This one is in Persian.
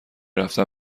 رفتن